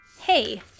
Hey